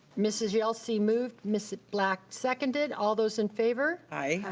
mrs. yelsey moved. mrs. black seconded. all those in favor? aye. aye.